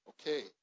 Okay